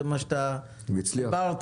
זה מה שאתה דיברת.